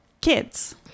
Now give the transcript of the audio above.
kids